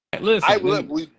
Listen